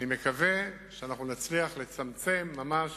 ואני מקווה שנצליח לצמצם ממש